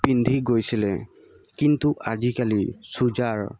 পিন্ধি গৈছিলে কিন্তু আজিকালি চুৰিদাৰ